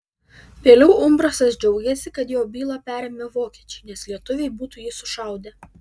vėliau umbrasas džiaugėsi kad jo bylą perėmė vokiečiai nes lietuviai būtų jį sušaudę